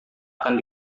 akan